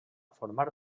formar